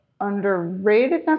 underrated